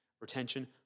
retention